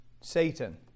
Satan